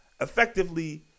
effectively